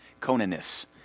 Conaness